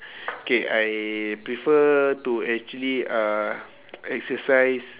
K I prefer to actually uh exercise